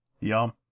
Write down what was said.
Yum